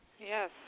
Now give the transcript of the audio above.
Yes